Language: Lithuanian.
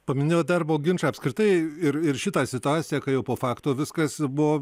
paminėjot darbo ginčą apskritai ir šitą situaciją kai jau po fakto viskas buvo